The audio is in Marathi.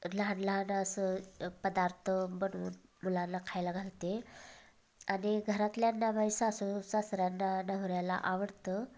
लहानलहान असं पदार्थ बनवून मुलांला खायला घालते आणि घरातल्यांना माहे सासू सासऱ्यांना नवऱ्याला आवडतं